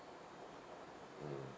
mm